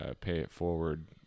pay-it-forward